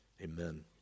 Amen